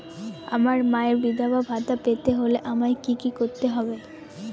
আমার মায়ের বিধবা ভাতা পেতে হলে আমায় কি কি করতে হবে?